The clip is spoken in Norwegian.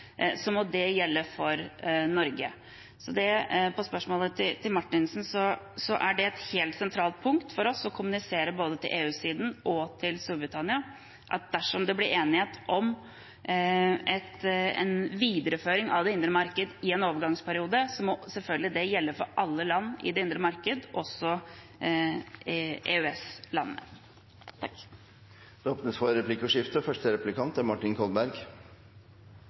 må det gjelde også for Norge. På spørsmålet fra Marthinsen er det et helt sentralt punkt for oss å kommunisere både til EU-siden og til Storbritannia at dersom det blir enighet om en videreføring av det indre marked i en overgangsperiode, må det selvfølgelig gjelde alle land i det indre marked, også EØS-landene. Det blir replikkordskifte. Representanten Tybring-Gjedde representerer jo regjeringsfraksjonen her i Stortinget, og